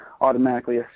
automatically